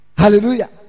Hallelujah